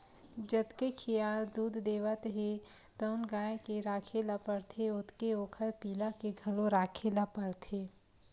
जतके खियाल दूद देवत हे तउन गाय के राखे ल परथे ओतके ओखर पिला के घलो राखे ल परथे